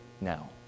now